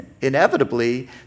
inevitably